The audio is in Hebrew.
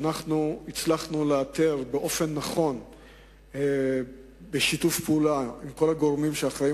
שהצלחנו לאתר באופן נכון בשיתוף פעולה עם כל הגורמים שאחראים